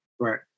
Right